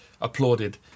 applauded